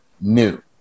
new